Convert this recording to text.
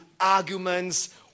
arguments